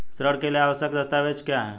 ऋण के लिए आवश्यक दस्तावेज क्या हैं?